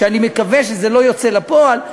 ואני מקווה שזה לא יוצא לפועל,